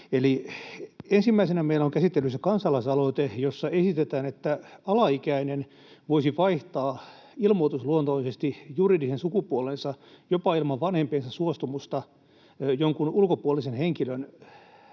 ensimmäisenä meillä on käsittelyssä kansalaisaloite, jossa esitetään, että alaikäinen voisi vaihtaa ilmoitusluontoisesti juridisen sukupuolensa jopa ilman vanhempiensa suostumusta jonkun ulkopuolisen henkilön